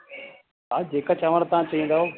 हा जेका चांवर तव्हां चईंदव